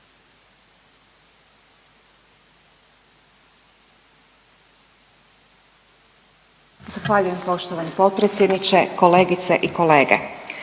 Zahvaljujem poštovani potpredsjedniče. Poštovana kolegice.